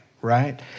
right